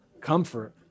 comfort